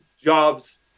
jobs